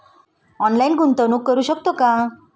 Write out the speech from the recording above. Online गुंतवणूक करू शकतो का?